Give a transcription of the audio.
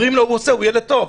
אומרים לו, הוא עושה, הוא ילד טוב.